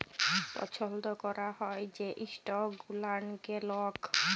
পছল্দ ক্যরা হ্যয় যে ইস্টক গুলানকে লক